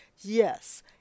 Yes